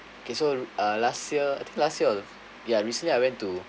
okay so uh last year I think last year ya recently I went to